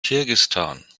kirgisistan